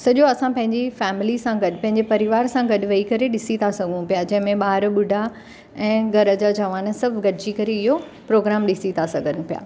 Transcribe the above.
सॼो असां पंहिंजे फ़ैमिली सां गॾु पंहिंजे परिवार सां गॾु वेई करे ॾिसी था सघूं पिया जे में ॿारु ॿुढा ऐं घर जा जवान सभु गॾिजी करे इहो प्रोग्राम ॾिसी था सघनि पिया